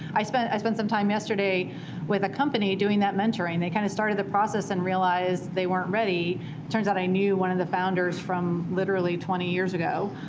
i spent i spent some time yesterday with a company doing that mentoring. they kind of started the process and realized they weren't ready. it turns out i knew one of the founders from literally twenty years ago.